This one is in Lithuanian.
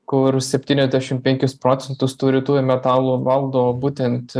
kur septyniasdešim penkis procentus tų retųjų metalų valdo būtent